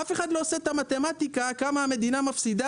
אף אחד לא עושה את המתמטיקה כמה המדינה מפסידה